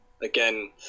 Again